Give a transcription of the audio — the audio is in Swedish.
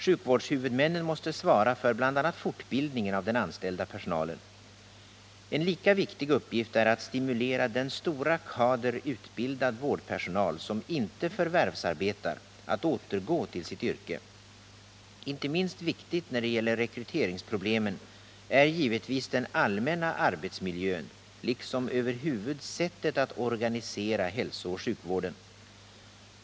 Sjukvårdshuvudmännen måste svara för bl.a. fortbildningen av den anställda personalen. En lika viktig uppgift är att stimulera den stora kader utbildad vårdpersonal som inte förvärvsarbetar att återgå till sitt yrke. Inte minst viktigt när det gäller rekryteringsproblemen är givetvis den allmänna arbetsmiljön liksom över huvud sättet att organisera hälsooch sjukvården.